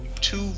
two